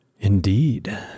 Indeed